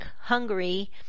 Hungary